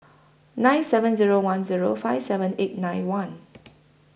nine seven Zero one zeo five seven eight nine one